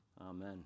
Amen